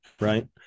right